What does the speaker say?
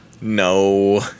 No